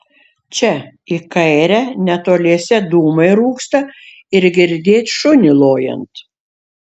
čia į kairę netoliese dūmai rūksta ir girdėt šunį lojant